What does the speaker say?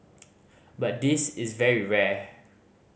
but this is very rare